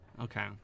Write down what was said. Okay